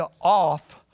off